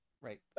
right